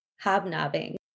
hobnobbing